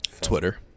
Twitter